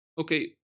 Okay